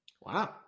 Wow